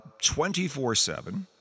24-7